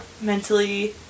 mentally